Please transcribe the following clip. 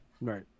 Right